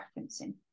referencing